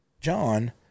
John